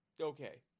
okay